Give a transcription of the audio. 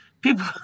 people